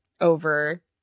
over